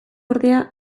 ordea